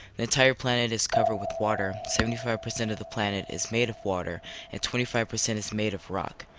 the entire planet is covered with water seventy five percent of the planet is made up of water and twenty five percent is made of rock.